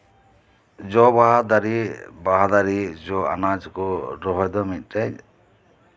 ᱡᱚ ᱵᱟᱦᱟ ᱫᱟᱨᱮ ᱵᱟᱦᱟ ᱫᱟᱨᱮ ᱡᱚ ᱟᱱᱟᱡ ᱠᱚ ᱨᱚᱦᱚᱭ ᱫᱚ ᱢᱤᱫᱴᱮᱡ